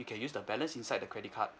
you can use the balance inside the credit card